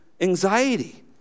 anxiety